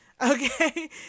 Okay